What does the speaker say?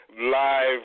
live